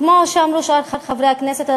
וכמו שאמרו שאר חברי הכנסת,